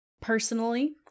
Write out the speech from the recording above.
Personally